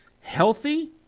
healthy